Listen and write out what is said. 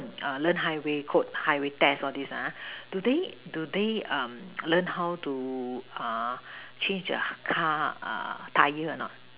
err learn high way code high way test all these lah ha do they do they um learn how to uh change err car uh tyre a not